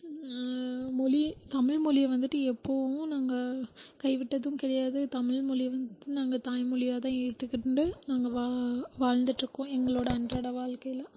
மொழி தமிழ் மொழியை வந்துட்டு எப்போவும் நாங்கள் கைவிட்டதும் கிடையாது தமிழ்மொழியை வந்துட்டு நாங்கள் தாய்மொழியாகதான் ஏற்றுக்கொண்டு நாங்கள் வா வாழ்ந்திட்ருக்கோம் எங்களோட அன்றாட வாழ்க்கையில்